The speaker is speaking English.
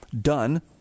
done